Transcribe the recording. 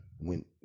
went